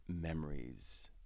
memories